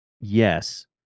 Yes